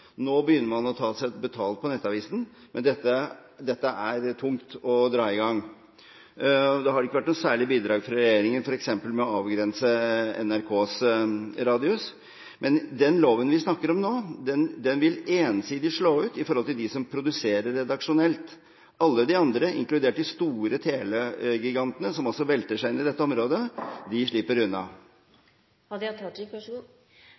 Nå begynner man å ta seg betalt for nettavisen, men det er tungt å dra i gang. Det har ikke vært noe særlig bidrag fra regjeringen, f.eks. med å avgrense NRKs radius. Den loven vi snakker om nå, vil ensidig slå ut for dem som produserer redaksjonelt. Alle de andre, inkludert de store telegigantene som velter seg inn i dette området, slipper